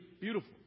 beautiful